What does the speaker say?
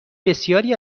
بسیاری